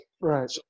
Right